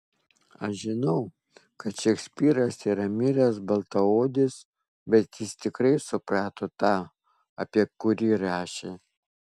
aš žinau kad šekspyras yra miręs baltaodis bet jis tikrai suprato tą apie kurį rašė